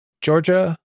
Georgia